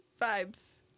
vibes